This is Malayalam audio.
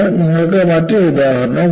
നിങ്ങൾക്ക് മറ്റൊരുദാഹരണവും ഉണ്ട്